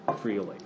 freely